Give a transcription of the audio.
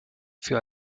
für